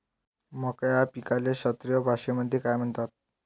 मका या पिकाले शास्त्रीय भाषेमंदी काय म्हणतात?